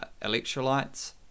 electrolytes